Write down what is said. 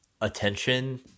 attention